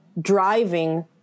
driving